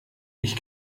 ich